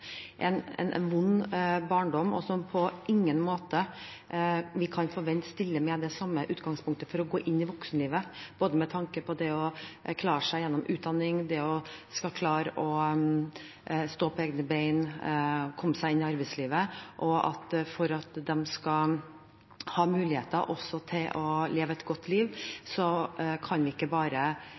en vond barndom, og som vi på ingen måte kan forvente stiller med det samme utgangspunktet for å gå inn i voksenlivet, med tanke på både det å klare seg gjennom utdanning og det å skulle klare å stå på egne ben, komme seg inn i arbeidslivet. For at de skal ha muligheter til å leve et godt liv, kan vi ikke bare